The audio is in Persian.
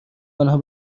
آنها